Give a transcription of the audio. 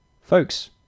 folks